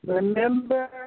Remember